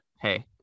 hey